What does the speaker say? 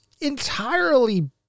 entirely